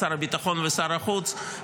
שר הביטחון ושר החוץ,